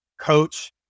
coach